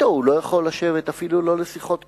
אתו הוא לא יכול לשבת אפילו לא לשיחות קרבה.